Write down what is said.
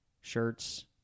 shirts